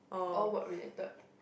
all work related